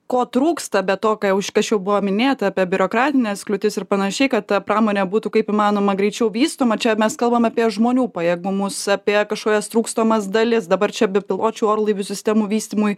ko trūksta be to ką jau už kaš jau buvo minėta apie biurokratines kliūtis ir panašiai kad ta pramonė būtų kaip įmanoma greičiau vystoma čia mes kalbam apie žmonių pajėgumus apie kažkokias trūkstamas dalis dabar čia bepiločių orlaivių sistemų vystymui